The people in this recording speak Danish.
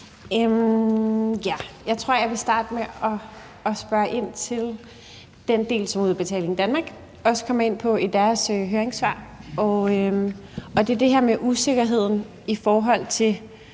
Jeg tror, jeg vil starte med at spørge ind til den del, som Udbetaling Danmark også kommer ind på i sit høringssvar. Det er det her med usikkerheden i forhold til